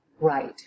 right